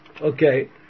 Okay